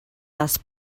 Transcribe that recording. les